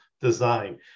design